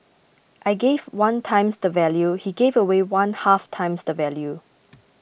I gave one times the value he gave away one half times the value